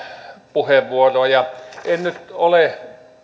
puheenvuoroa en nyt ole todennut